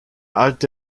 alte